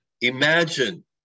Imagine